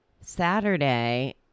saturday